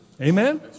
Amen